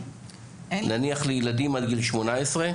נניח לילדים עד גיל 18?